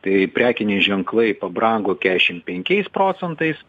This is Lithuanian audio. tai prekiniai ženklai pabrango keturiasdešimt penkiais procentais